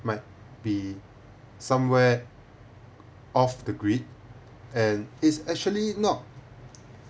might be somewhere off the grid and is actually not